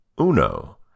Uno